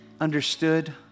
understood